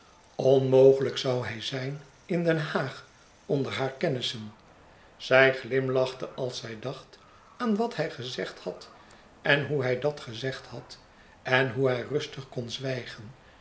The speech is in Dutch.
onmogelijk zoû hij zijn in den haag onder haar kennissen zij glimlachte als zij dacht aan wat hij gezegd had en hoè hij dat gezegd had en hoe hij rustig kon zwijgen